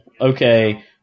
okay